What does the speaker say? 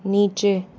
नीचे